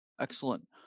excellent